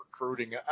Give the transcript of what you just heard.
recruiting